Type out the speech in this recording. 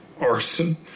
Arson